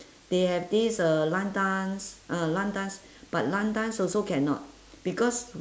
they have this uh line dance ah line dance but line dance also cannot because